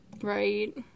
Right